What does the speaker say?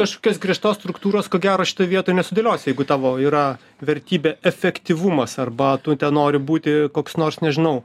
kažkokios griežtos struktūros ko gero šitoj vietoj nesudėliosi jeigu tavo yra vertybė efektyvumas arba tu ten nori būti koks nors nežinau